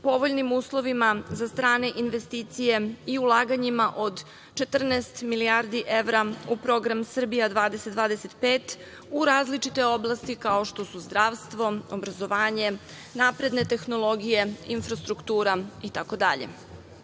povoljnim uslovima za strane investicije i ulaganjima od 14 milijardi evra u program Srbija 2025. u različite oblasti kao što su zdravstvo, obrazovanje, napredne tehnologije, infrastruktura i